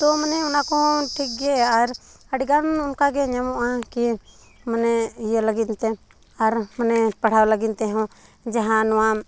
ᱛᱚ ᱢᱟᱱᱮ ᱚᱱᱟ ᱠᱚᱦᱚᱸ ᱴᱷᱤᱠ ᱜᱮ ᱟᱨ ᱟᱰᱤᱜᱟᱱ ᱚᱝᱠᱟᱜᱮ ᱧᱮᱞ ᱧᱟᱢᱚᱜᱼᱟ ᱠᱤ ᱢᱟᱱᱮ ᱤᱭᱟᱹ ᱞᱟᱹᱜᱤᱫ ᱛᱮ ᱟᱨ ᱢᱟᱱᱮ ᱯᱟᱲᱦᱟᱣ ᱞᱟᱜᱤᱱ ᱛᱮᱦᱚᱸ ᱡᱟᱦᱟᱸ ᱱᱚᱣᱟᱢ